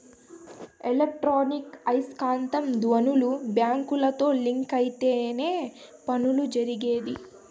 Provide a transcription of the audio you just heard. electronic ఐస్కాంత ధ్వనులు బ్యాంకుతో లింక్ అయితేనే పనులు జరిగేది